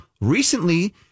recently